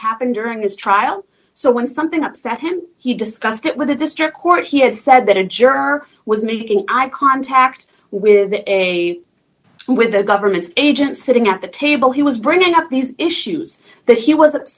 happened during his trial so when something upset him he discussed it with the district court he had said that ensure our was making eye contact with a with a government agent sitting at the table he was bringing up these issues that he was